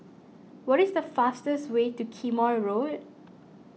what is the fastest way to Quemoy Road